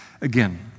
again